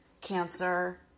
cancer